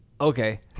Okay